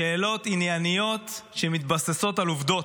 שאלות ענייניות שמתבססות על עובדות.